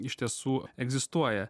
iš tiesų egzistuoja